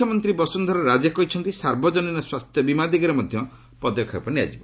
ମୁଖ୍ୟମନ୍ତ୍ରୀ ବସୁନ୍ଧରା ରାଜେ କହିଛନ୍ତି ସାର୍ବଜନୀନ ସ୍ୱାସ୍ଥ୍ୟବୀମା ଦିଗରେ ମଧ୍ୟ ପଦକ୍ଷେପ ନିଆଯିବ